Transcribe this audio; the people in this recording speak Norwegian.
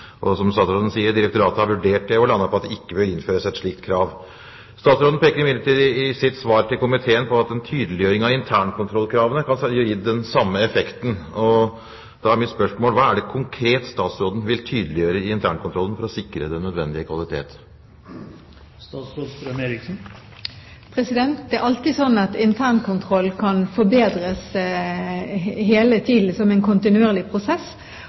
Som statsråden sier, har direktoratet vurdert det og landet på at det ikke bør innføres et slikt krav. Statsråden peker imidlertid i sitt svar til komiteen på at en tydeliggjøring av internkontrollkravene kan gi den samme effekten. Da er mitt spørsmål: Hva er det konkret statsråden vil tydeliggjøre i internkontrollen for å sikre den nødvendige kvalitet? Det er alltid slik at internkontrollen kan forbedres hele tiden som en kontinuerlig prosess,